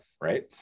Right